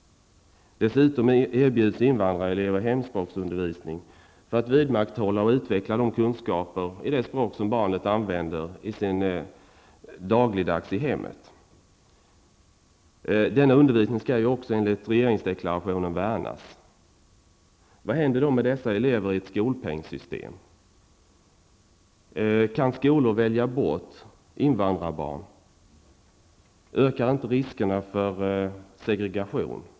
Dessutom erbjuds invandrarelever hemspråksundervisning för att vidmakthålla och utveckla kunskaperna i det språk som barnet använder dagligdags i hemmet. Denna undervisning skall också, enligt regeringsdeklarationen, värnas. Vad händer då med dessa elever i ett skolpengssystem? Kan skolor välja bort invandrarbarn? Ökar inte riskerna för segregation?